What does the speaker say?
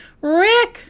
Rick